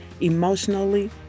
emotionally